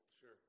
Sure